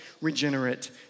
regenerate